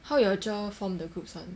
how your cher form the groups [one]